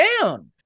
down